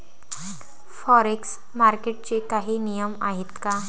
Forex मार्केटचे काही नियम आहेत का?